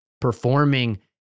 performing